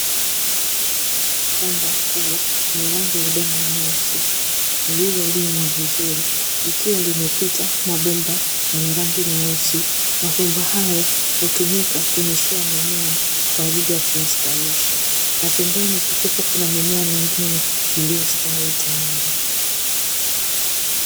Shamba kubwa lenye rangi ya udongo nyeusi lililolimwa vizuri, likiwa limepita mabomba yenye rangi nyeusi. Mabomba haya hutumika kunyeshea mimea kwa ajili ya kustawisha, na pembeni kukiwepo na mimea mingine iliyostawi tayari.